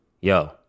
Yo